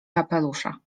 kapelusza